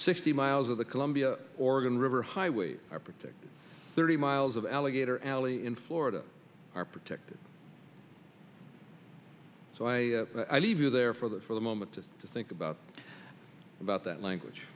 sixty miles of the columbia oregon river highways are protected thirty miles of alligator alley in florida are protected so i leave you there for that for the moment to think about about that language